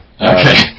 Okay